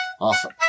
Awesome